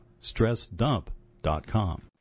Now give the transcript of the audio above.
StressDump.com